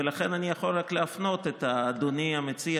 ולכן אני יכול רק להפנות את אדוני המציע,